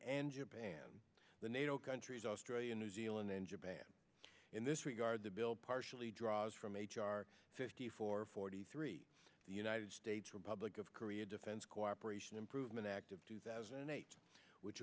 and japan the nato countries australia new zealand and japan in this regard the bill partially draws from h r fifty four forty three the united states republic of korea defense cooperation improvement act of two thousand and eight which